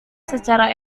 secara